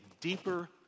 deeper